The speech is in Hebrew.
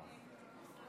בבקשה.